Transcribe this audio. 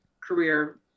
career